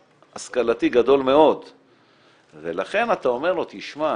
השכלתי גדול מאוד ולכן אתה אומר לו: תשמע,